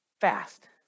Fast